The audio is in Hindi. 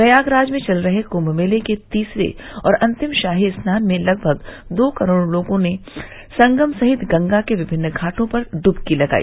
प्रयागराज में चल रहे कम्म मेले के तीसरे और अंतिम शाही स्नान में लगभग दो करोड़ लोगों संगम सहित गंगा के विभिन्न घाटो पर ड्बकी लगाई